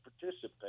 participate